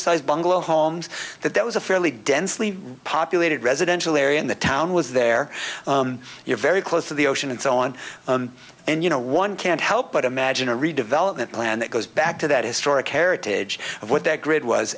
sized bungalow homes that there was a fairly densely populated residential area and the town was there you're very close to the ocean and so on and you know one can't help but imagine a redevelopment plan that goes back to that historic heritage of what that grade was